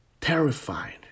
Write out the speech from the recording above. terrified